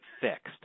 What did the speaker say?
fixed